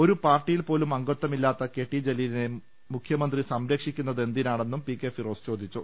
ഒരു പാർട്ടിയിൽ പോലും അംഗത്വമില്ലാത്ത കെടി ജലീലിനെ മുഖ്യമന്ത്രി സംരക്ഷിക്കുന്നത് എന്തിനാണെ ന്നും പികെ ഫിറോസ് ചോദിച്ചു